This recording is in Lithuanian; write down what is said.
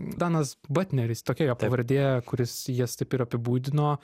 danas batneris tokia jo pavardė kuris jas taip ir apibūdino